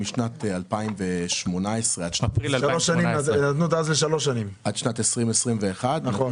לדעתי החלטת הממשלה היא משנת 2018. אפריל 2018. עד שנת 2021. נכון.